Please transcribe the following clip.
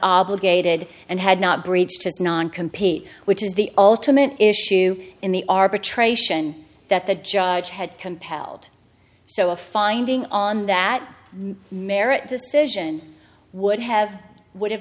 obligated and had not breached his non compete which is the ultimate issue in the arbitration that the judge had compelled so a finding on that merit decision would have would have